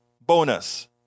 bonus